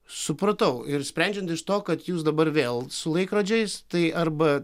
supratau ir sprendžiant iš to kad jūs dabar vėl su laikrodžiais tai arba